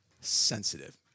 sensitive